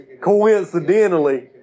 coincidentally